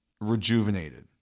rejuvenated